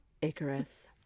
Icarus